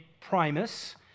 Primus